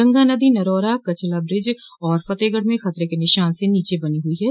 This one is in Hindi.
गंगा नदी नरौरा कच्छला ब्रिज और फतेहगढ़ में खतरे के निशान से नीचे बनी हुई है